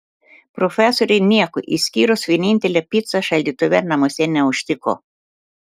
profesorė nieko išskyrus vienintelę picą šaldytuve namuose neužtiko